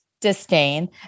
disdain